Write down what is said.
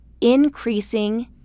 increasing